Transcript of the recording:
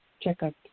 checkup